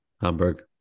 Hamburg